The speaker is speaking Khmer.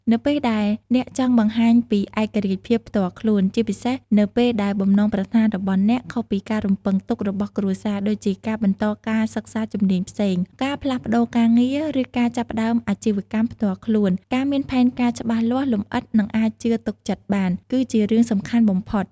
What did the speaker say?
នៅពេលដែលអ្នកចង់បង្ហាញពីឯករាជ្យភាពផ្ទាល់ខ្លួន ជាពិសេសនៅពេលដែលបំណងប្រាថ្នារបស់អ្នកខុសពីការរំពឹងទុករបស់គ្រួសារ ដូចជាការបន្តការសិក្សាជំនាញផ្សេង ការផ្លាស់ប្ដូរការងារ ឬការចាប់ផ្ដើមអាជីវកម្មផ្ទាល់ខ្លួន ការមានផែនការច្បាស់លាស់ លម្អិត និងអាចជឿទុកចិត្តបាន គឺជារឿងសំខាន់បំផុត។